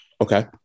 Okay